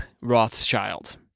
Rothschild